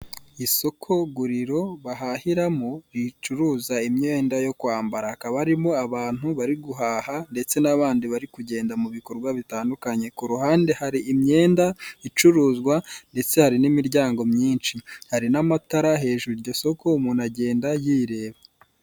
Isoko guriro bahahiramo, ricuruza imyenda yo kwambara. Hakaba harimo abantu bari guhaha, ngetse n'abandi bari kugenda mu bikorwa bitandukanye. Ku ruhande hari imyenda icuruzwa, ndetse hari n'imiryango myinshi. Hari n'amatara hejuru, iryo siko umuntu agenda ireba.